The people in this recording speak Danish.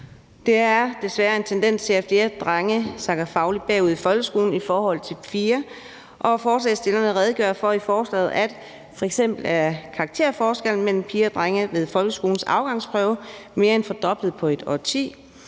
Det er desværre en tendens, at flere drenge sakker fagligt bagud i folkeskolen i forhold til piger, og forslagsstillerne redegør i forslaget for, at karakterforskellen mellem piger og drenge ved folkeskolens afgangsprøve f.eks. er mere end fordoblet på et årti,